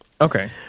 Okay